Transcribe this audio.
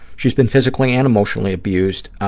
she's been physically and emotionally abused.